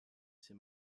ces